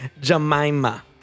Jemima